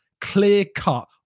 clear-cut